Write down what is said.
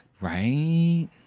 Right